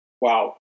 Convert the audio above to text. Wow